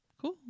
Cool